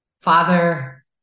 Father